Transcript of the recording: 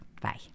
Bye